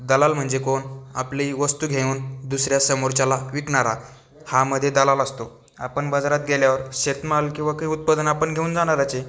दलाल म्हणजे कोण आपली वस्तू घेऊन दुसऱ्या समोरच्याला विकणारा हा मधे दलाल असतो आपण वजारात गेल्यावर शेतमाल किंवा काही उत्पादनं आपण घेऊन जाणारच आहे